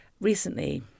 recently